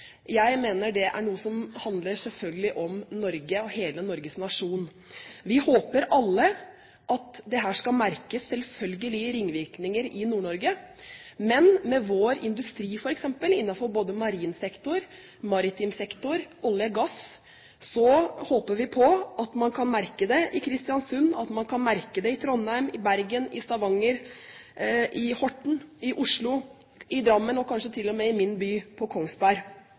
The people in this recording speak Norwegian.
Jeg mener det er noe som selvfølgelig handler om Norge og hele Norge som nasjon. Vi håper alle at dette skal merkes og selvfølgelig få ringvirkninger i Nord-Norge. Men med vår industri f.eks. innenfor marin sektor, maritim sektor, olje og gass, så håper vi på at man kan merke det i Kristiansund, at man kan merke det i Trondheim, i Bergen, i Stavanger, i Horten, i Oslo, i Drammen – og kanskje til og med i min by, Kongsberg. På